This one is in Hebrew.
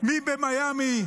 מי במיאמי,